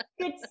Good